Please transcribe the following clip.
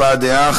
הבעת דעה.